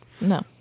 No